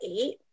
eight